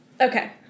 Okay